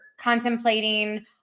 contemplating